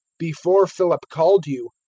before philip called you,